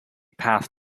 path